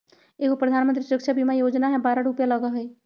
एगो प्रधानमंत्री सुरक्षा बीमा योजना है बारह रु लगहई?